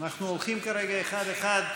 אנחנו הולכים כרגע אחד-אחד.